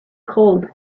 cold